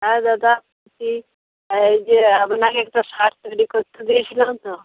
হ্যাঁ দাদা কি এই যে আপনাকে একটা শার্ট তৈরি করতে দিয়েছিলাম তো